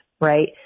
Right